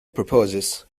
proposes